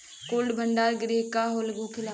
Cold भण्डार गृह का होखेला?